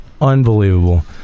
Unbelievable